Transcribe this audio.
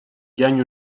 gagne